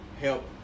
help